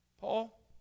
Paul